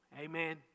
Amen